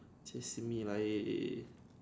simi 来 eh eh